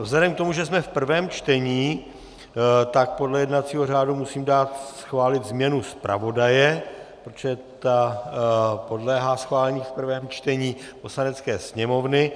Vzhledem k tomu, že jsme v prvém čtení, tak podle jednacího řádu musím dát schválit změnu zpravodaje, protože ta podléhá schválení v prvém čtení Poslanecké sněmovny.